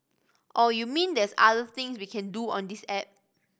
oh you mean there's other things we can do on this app